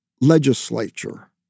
legislature